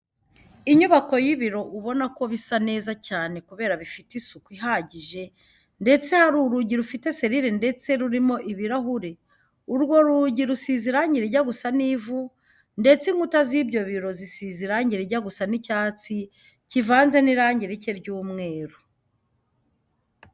Inyubako y'ibiro ubona ko bisa neza cyane kubera bifite isuku ihagije ndetse hari urugi rufite serire ndetse rurimo ibirahure, urwo rugi rusize irange rijya gusa n'ivu ndetse inkuta z'ibyo biro zisize irange rijya gusa n'icyatsi kivanze n'irange rike ry'umweru.